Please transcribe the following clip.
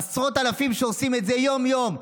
עשרות אלפים עושים את זה יום-יום.